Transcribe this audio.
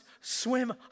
swim